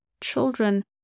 children